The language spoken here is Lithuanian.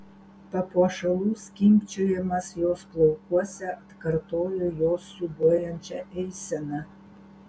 papuošalų skimbčiojimas jos plaukuose atkartojo jos siūbuojančią eiseną